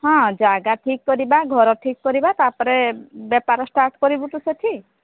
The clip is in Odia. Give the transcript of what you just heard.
ହଁ ଜାଗା ଠିକ୍ କରିବା ଘର ଠିକ୍ ପର ତାପରେ ବେପାର ଷ୍ଟାର୍ଟ କରିବୁ ତୁ ସେଠି